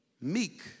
meek